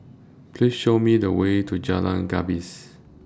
Please Show Me The Way to Jalan Gapis